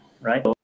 right